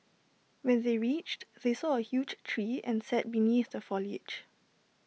when they reached they saw A huge tree and sat beneath the foliage